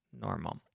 Normal